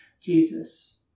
Jesus